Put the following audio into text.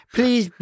Please